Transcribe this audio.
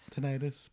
Tinnitus